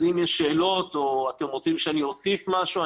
אז אם יש שאלות או אתם רוצים שאוסיף משהו,